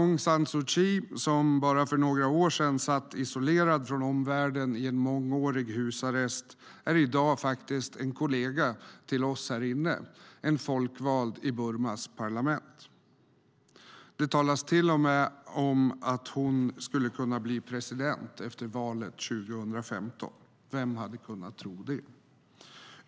Aung San Suu Kyi, som bara för några år sedan satt isolerad från omvärlden i en mångårig husarrest, är i dag faktiskt en kollega till oss här inne, en folkvald i Burmas parlament. Det talas till och med om att hon skulle kunna bli president efter valet 2015. Vem hade kunnat tro det?